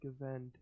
event